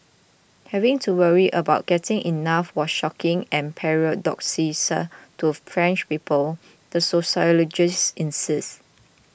having to worry about getting enough was shocking and paradoxical to French people the sociologist insisted